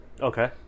Okay